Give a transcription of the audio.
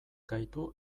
gaitu